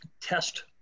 test